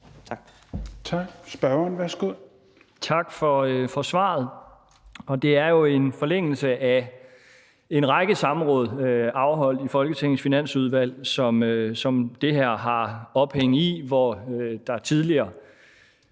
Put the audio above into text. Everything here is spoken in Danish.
Schack Pedersen (V): Tak for svaret. Det her er jo i forlængelse af en række samråd afholdt i Folketingets Finansudvalg om et spørgsmål, som har ophæng i, at der tidligere